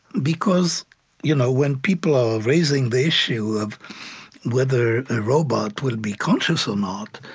because you know when people are raising the issue of whether a robot will be conscious or not,